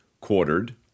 quartered